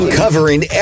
covering